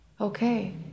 Okay